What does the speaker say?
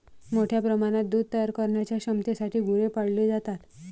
मोठ्या प्रमाणात दूध तयार करण्याच्या क्षमतेसाठी गुरे पाळली जातात